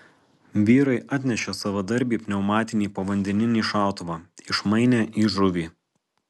vyrai atnešė savadarbį pneumatinį povandeninį šautuvą išmainė į žuvį